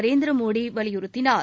நரேந்திரமோடி வலியுறுத்தியுள்ளார்